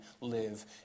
live